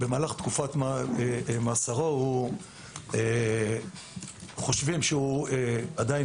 במהלך תקופת מאסרו אנחנו חושבים שהוא מסוכן,